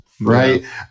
Right